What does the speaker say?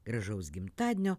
gražaus gimtadienio